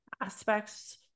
aspects